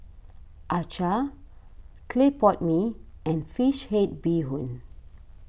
Acar Clay Pot Mee and Fish Head Bee Hoon